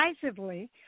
decisively